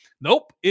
Nope